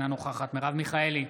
אינה נוכחת מרב מיכאלי,